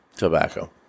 Tobacco